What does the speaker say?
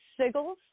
sigils